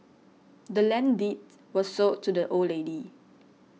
the land's deed was sold to the old lady